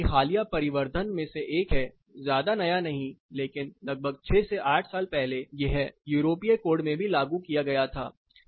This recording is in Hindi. मॉडल के हालिया परिवर्धन में से एक है ज्यादा नया नहीं लेकिन लगभग 6 से 8 साल पहले यह यूरोपीय कोड में भी लागू किया गया था